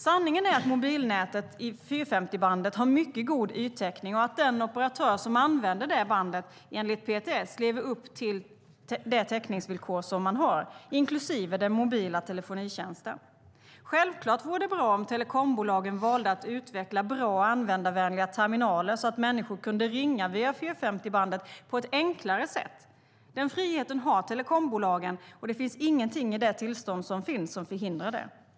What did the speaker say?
Sanningen är att mobilnätet i 450-bandet har mycket god yttäckning och att den operatör som använder det bandet, enligt PTS, lever upp till det täckningsvillkor man har, inklusive den mobila telefonitjänsten. Självklart vore det bra om telekombolagen valde att utveckla bra och användarvänliga terminaler så att människor kunde ringa via 450-bandet på ett enklare sätt. Den friheten har telekombolagen, och det finns ingenting i det tillstånd som finns som förhindrar det.